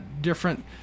Different